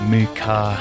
Muka